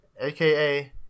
aka